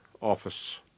office